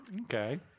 Okay